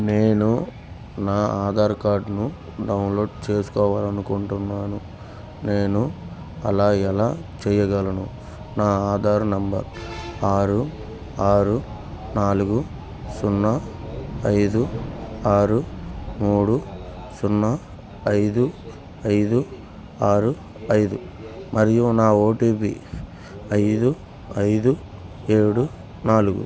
నేను నా ఆధార్ కార్డ్ను డౌన్లోడ్ చేసుకోవాలి అనుకుంటున్నాను నేను అలా ఎలా చేయగలను నా ఆధారు నంబర్ ఆరు ఆరు నాలుగు సున్నా ఐదు ఆరు మూడు సున్నా ఐదు ఐదు ఆరు ఐదు మరియు నా ఓటీపీ ఐదు ఐదు ఏడు నాలుగు